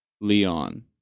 Leon